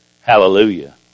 Hallelujah